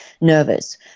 nervous